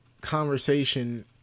conversation